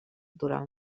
durant